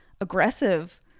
aggressive